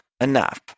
Enough